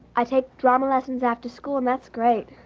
i take drama lessons after school and that's great.